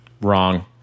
Wrong